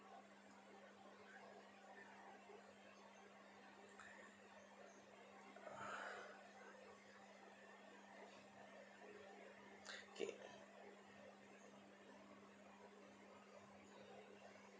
okay